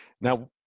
Now